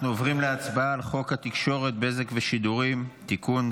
אנחנו עוברים להצבעה על חוק התקשורת (בזק ושידורים) (תיקון,